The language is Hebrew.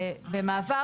במעבר,